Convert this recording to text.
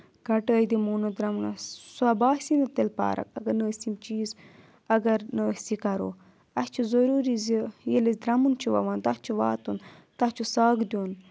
کَٹٲے دِمو نہٕ درٛمنَس سۄ باسہِ نہٕ تیٚلہِ پارَک اگر نہٕ أسۍ یِم چیٖز اگر نہٕ أسۍ یہِ کَرو اَسہِ چھِ ضٔروٗری زِ ییٚلہِ أسۍ درٛمُن چھِ وَوان تَتھ چھُ واتُن تَتھ چھُ سَگ دیُن